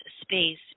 space